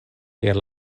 kiel